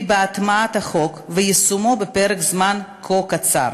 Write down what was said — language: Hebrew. בהטמעת החוק ויישומו בפרק זמן כה קצר.